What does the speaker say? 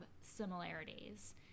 similarities